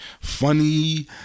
funny